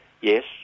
yes